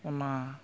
ᱚᱱᱟ